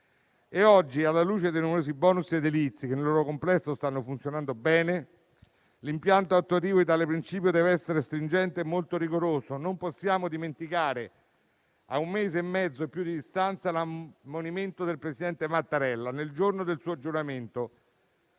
Oggi, alla luce dei numerosi *bonus* edilizi, che nel loro complesso stanno funzionando bene, l'impianto attuativo di tale principio deve essere stringente e molto rigoroso. Non possiamo dimenticare, a un mese e mezzo di distanza, l'ammonimento del presidente Mattarella nel giorno del suo giuramento,